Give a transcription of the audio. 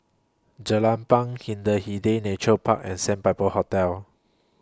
Jelapang Hindhede Nature Park and Sandpiper Hotel